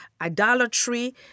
idolatry